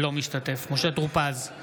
אינו משתתף משה טור פז,